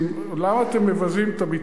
למה אתם מבזים את הביטחון?